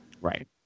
Right